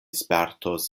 spertos